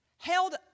held